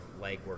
legwork